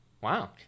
Wow